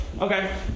Okay